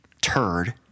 turd